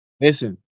Listen